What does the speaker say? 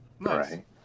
Right